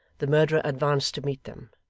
the murderer advanced to meet them,